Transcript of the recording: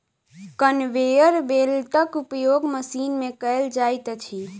conveyor बेल्टक उपयोग मशीन मे कयल जाइत अछि